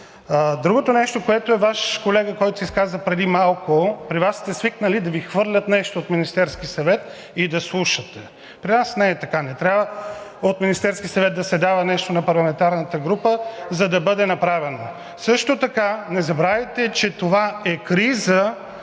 Другото нещо, което Ваш колега, който се изказа преди малко – при Вас сте свикнали да Ви хвърлят нещо от Министерския съвет и да слушате. При нас не е така, не трябва от Министерския съвет да се дава нещо на парламентарната група, за да бъде направено. Също така не забравяйте, че това е криза